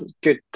good